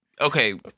okay